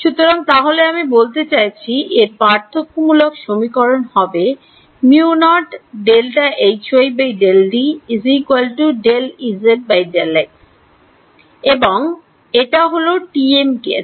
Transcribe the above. সুতরাং তাহলে আমি বলতে চাইছি এর পার্থক্যমূলক সমীকরণ হবে এবং এটা হল TM কেস